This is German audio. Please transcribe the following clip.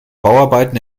bauarbeiten